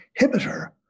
inhibitor